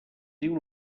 diu